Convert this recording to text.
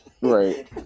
Right